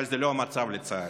אבל זה לא המצב, לצערי.